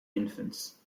infants